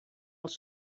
els